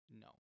No